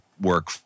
work